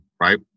right